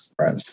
right